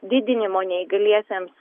didinimo neįgaliesiems